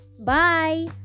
Bye